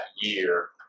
year